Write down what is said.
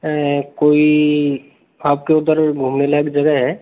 कोई आपके उधर घूमने लायक जगह है